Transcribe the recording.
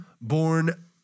born